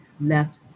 left